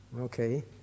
Okay